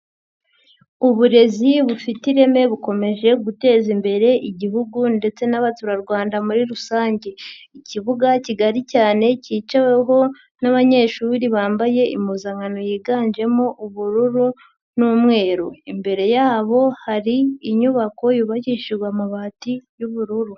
Uburezi bufite ireme bukomeje guteza imbere Igihugu ndetse n'abaturarwanda muri rusange, ikibuga kigari cyane cyicaweho n'abanyeshuri bambaye impuzankano yiganjemo ubururu n'umweru, imbere yabo hari inyubako yubakishijwe amabati y'ubururu.